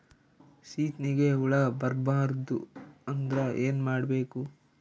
ಸೀತ್ನಿಗೆ ಹುಳ ಬರ್ಬಾರ್ದು ಅಂದ್ರ ಏನ್ ಮಾಡಬೇಕು?